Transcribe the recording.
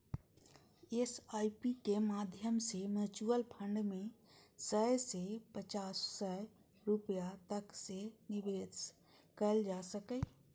SIP के माध्यम सं म्यूचुअल फंड मे सय सं पांच सय रुपैया तक सं निवेश कैल जा सकैए